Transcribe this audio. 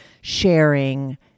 sharing